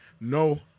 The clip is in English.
No